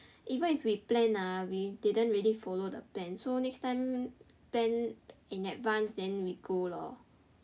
even if we plan ah we didn't really follow the plan so next time plan in advance then we go lor